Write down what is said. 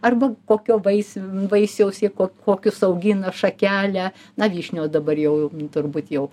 arba kokio vaisių vaisiaus jie kokius augina šakelę na vyšnios dabar jau turbūt jau